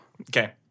Okay